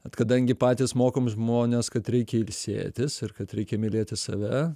bet kadangi patys mokom žmones kad reikia ilsėtis ir kad reikia mylėti save